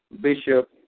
bishop